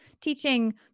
teaching